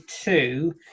two